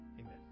Amen